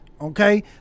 Okay